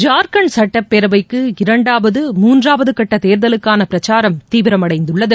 ஜார்க்கண்ட் சட்டப்பேரவைக்கு இரண்டாவது தேர்தலுக்கான பிரச்சாரம் தீவிரமடைந்துள்ளது